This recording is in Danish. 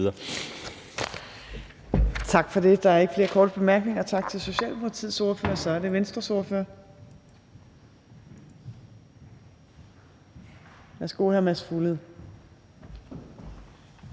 Tak for det. Der er ikke flere korte bemærkninger, så tak til Socialdemokratiets ordfører. Så er det Venstres ordfører. Værsgo til hr. Mads Fuglede.